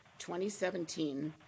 2017